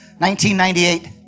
1998